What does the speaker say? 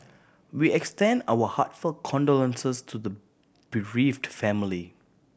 we extend our heartfelt condolences to the bereaved family